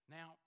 Now